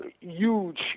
huge